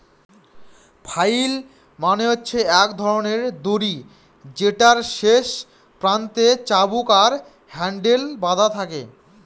flail মানে হচ্ছে এক ধরনের দড়ি যেটার শেষ প্রান্তে চাবুক আর হ্যান্ডেল বাধা থাকে